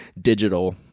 digital